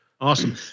Awesome